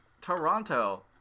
Toronto